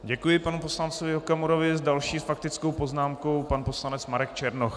Děkuji panu poslancovi Okamurovi, s další faktickou poznámkou pan poslanec Marek Černoch.